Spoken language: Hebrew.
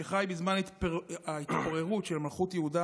שחי בזמן ההתפוררות של מלכות יהודה